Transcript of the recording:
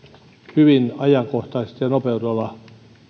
hyvin ajankohtaisesti ja nopeudella